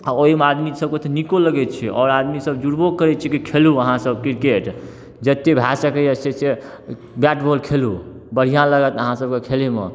आ ओहिमे आदमी सब कऽ तऽ निको लगैत छै आओर आदमी सब जुड़बो करैत छै कि खेलु अहाँसब क्रिकेट जतेक भए सकैया से से बैट बॉल खेलु बढ़िआँ लागत अहाँसब कऽ खेलैमे